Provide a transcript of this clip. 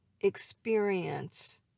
experience